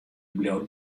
bliuwt